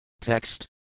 Text